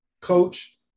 coach